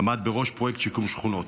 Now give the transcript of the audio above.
בראש פרויקט שיקום שכונות.